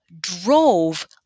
drove